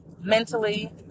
mentally